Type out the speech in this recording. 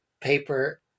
paper